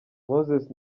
moses